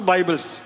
Bibles